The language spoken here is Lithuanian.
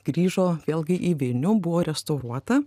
grįžo vėlgi į vilnių buvo restauruota